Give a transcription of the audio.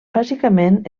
bàsicament